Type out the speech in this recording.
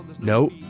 No